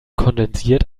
kondensiert